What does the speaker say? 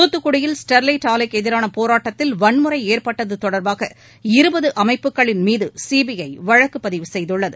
கூத்துக்குடியில் Sterlite ஆலைக்கு எதிரான போராட்டத்தில் வன்முறை ஏற்பட்டது தொடர்பாக இருபது அமைப்புகளின் மீது சிபிஐ வழக்கு பதிவு செய்துள்ளது